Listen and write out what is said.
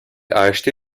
acheté